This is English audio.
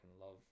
love